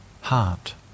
heart